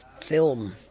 film